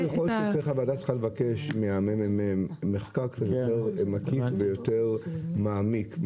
אני חושב שהוועדה צריכה לבקש מה-מ.מ.מ מחקר קצת יותר מקיף ויותר מעמיק,